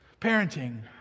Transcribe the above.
Parenting